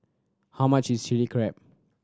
how much is Chilli Crab